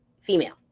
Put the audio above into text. female